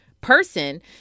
person